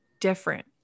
different